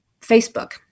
Facebook